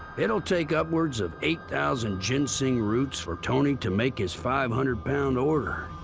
it'll take upwards of eight thousand ginseng roots for tony to make his five hundred pound order.